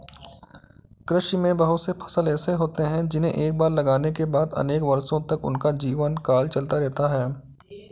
कृषि में बहुत से फसल ऐसे होते हैं जिन्हें एक बार लगाने के बाद अनेक वर्षों तक उनका जीवनकाल चलता रहता है